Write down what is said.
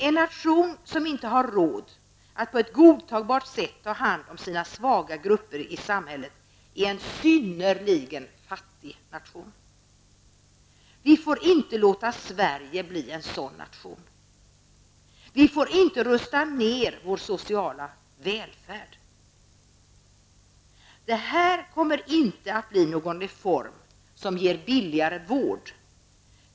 En nation som inte har råd att på ett godtagbart sätt ta hand om sina svaga grupper i samhället är en synnerligen fattig nation. Vi får inte låta Sverige bli en sådan nation. Vi får inte rusta ner vår sociala välfärd. Detta blir ingen reform som ger billigare vård.